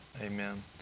Amen